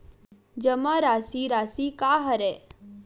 जमा राशि राशि का हरय?